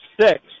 six